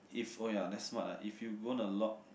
if oh ya that's smart ah if you gonna lock